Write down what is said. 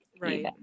right